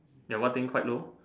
ya what thing quite low